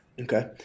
Okay